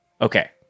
Okay